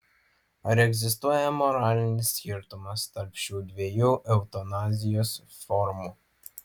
ar egzistuoja moralinis skirtumas tarp šių dviejų eutanazijos formų